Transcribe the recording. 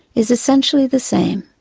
is essentially the same.